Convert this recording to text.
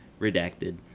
Redacted